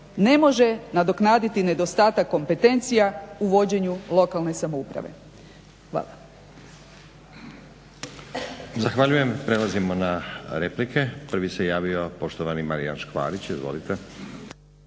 ne može nadoknaditi nedostatak kompetencija u vođenju lokalne samouprave. Hvala.